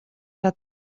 dat